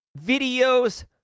videos